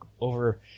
over